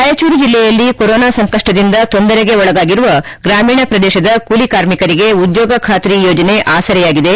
ರಾಯಚೂರು ಜಿಲ್ಲೆಯಲ್ಲಿ ಕೊರೊನಾ ಸಂಕಷ್ಟದಿಂದ ತೊಂದರೆಗೆ ಒಳಗಾಗಿರುವ ಗ್ರಾಮೀಣ ಪ್ರದೇಶದ ಕೂಲಿ ಕಾರ್ಮಿಕರಿಗೆ ಉದ್ಯೋಗ ಖಾತ್ರಿ ಯೋಜನೆ ಆಸರೆಯಾಗಿದೆ